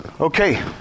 Okay